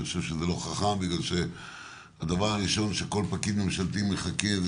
אני חושב שזה לא חכם בגלל שהדבר הראשון שכל פקיד ממשלתי מחכה זה